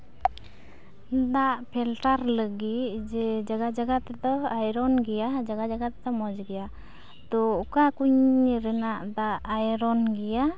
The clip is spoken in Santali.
ᱫᱟᱜ ᱯᱷᱤᱞᱴᱟᱨ ᱞᱟᱹᱜᱤᱫ ᱡᱮ ᱡᱟᱜᱟ ᱡᱟᱜᱟ ᱛᱮᱫᱚ ᱟᱭᱨᱚᱱ ᱜᱮᱭᱟ ᱡᱟᱜᱟ ᱡᱟᱜᱟ ᱛᱮᱫᱚ ᱢᱚᱡᱽ ᱜᱮᱭᱟ ᱛᱚ ᱚᱠᱟ ᱠᱩᱧ ᱨᱮᱱᱟᱜ ᱫᱟᱜ ᱟᱭᱨᱚᱱ ᱜᱮᱭᱟ